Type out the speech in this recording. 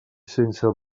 sense